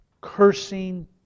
cursing